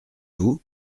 vous